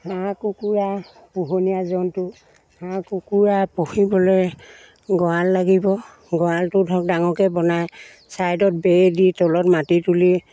হাঁহ কুকুৰা পোহনীয়া জন্তু হাঁহ কুকুৰা পুহিবলৈ গঁৰাল লাগিব গঁৰালটো ধৰক ডাঙৰকৈ বনাই ছাইডত বেৰ দি তলত মাটি তুলি